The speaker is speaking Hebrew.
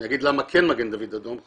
אני אגיד למה כן מגן דוד אדום,